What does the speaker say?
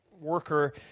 worker